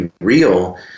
real